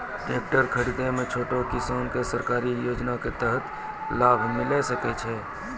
Tractor खरीदै मे छोटो किसान के सरकारी योजना के तहत लाभ मिलै सकै छै?